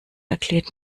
erklärt